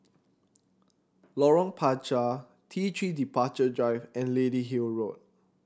Lorong Panchar T Three Departure Drive and Lady Hill Road